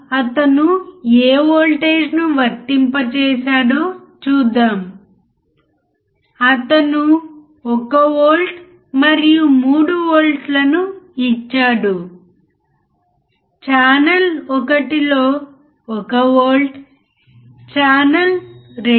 అప్పుడు 1 volt peak to peak 1 kHz sine వేవ్ను input Vinకు ఇక్కడ వర్తించండి